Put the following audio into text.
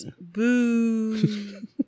Boo